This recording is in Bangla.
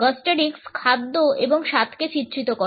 গ্যস্টরিক্স খাদ্য এবং স্বাদকে চিত্রিত করে